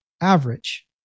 average